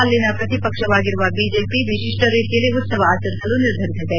ಅಲ್ಲಿನ ಪ್ರತಿಪಕ್ಷವಾಗಿರುವ ಬಿಜೆಪಿ ವಿಶಿಷ್ಟ ರೀತಿಯಲ್ಲಿ ಉತ್ಸವ ಆಚರಿಸಲು ನಿರ್ಧರಿಸಿದೆ